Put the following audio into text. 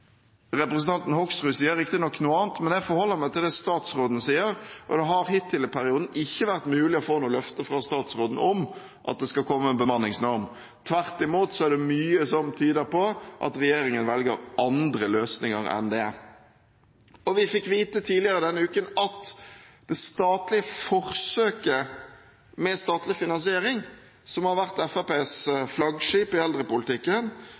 Representanten Hoksrud sier riktignok noe annet, men jeg forholder meg til det statsråden sier, og det har hittil i perioden ikke vært mulig å få noe løfte fra statsråden om at det skal komme en bemanningsnorm – tvert imot er det mye som tyder på at regjeringen velger andre løsninger enn det. Vi fikk vite tidligere denne uken at forsøket med statlig finansiering, som har vært Fremskrittspartiets flaggskip i eldrepolitikken,